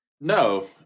no